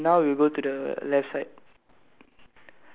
okay then we now we go to the left side